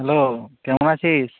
hello কেমন আছিস